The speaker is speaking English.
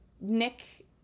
Nick